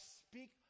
speak